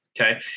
Okay